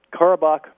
Karabakh